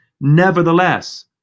nevertheless